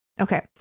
Okay